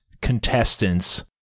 contestants